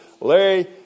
Larry